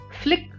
Flick